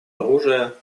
оружия